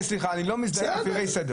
אני לא מזדהה עם מפירי סדר.